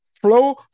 flow